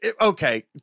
Okay